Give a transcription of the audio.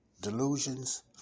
delusions